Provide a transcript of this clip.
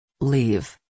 Leave